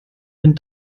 den